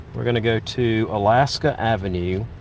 we're gonna go to alaska avenue,